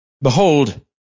Behold